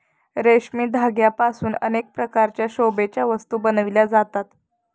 रेशमी धाग्यांपासून अनेक प्रकारच्या शोभेच्या वस्तू बनविल्या जातात